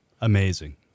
Amazing